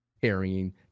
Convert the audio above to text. carrying